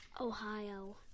Ohio